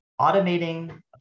automating